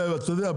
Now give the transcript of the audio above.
אתה יודע,